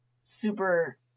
super